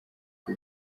uko